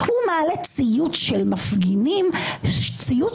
הוא מעלה ציוץ של מפגינים, ציוץ